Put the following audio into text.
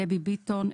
דבי ביטון,